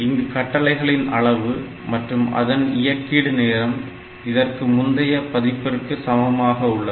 இங்கு கட்டளைகளின் அளவு மற்றும் அதன் இயக்கீடு நேரம் இதற்கு முந்தைய பதிப்பிற்கு சமமாக உள்ளது